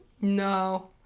No